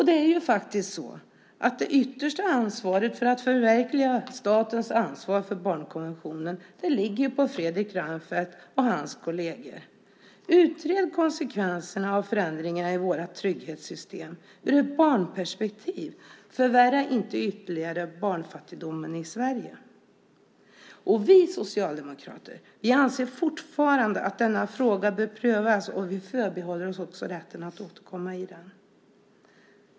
Det är faktiskt så att det yttersta ansvaret för att förverkliga statens ansvar för barnkonventionen ligger på Fredrik Reinfeldt och hans kolleger. Utred konsekvenserna av förändringar i vårt trygghetssystem ur ett barnperspektiv! Förvärra inte ytterligare barnfattigdomen i Sverige! Vi socialdemokrater anser fortfarande att denna fråga bör prövas. Vi förbehåller oss också rätten att återkomma i den.